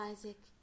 Isaac